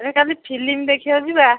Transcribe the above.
ଏ କାଲି ଫିଲ୍ମ ଦେଖିବାକୁ ଯିବା